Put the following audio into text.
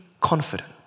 confident